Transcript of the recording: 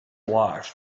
life